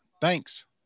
Thanks